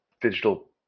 digital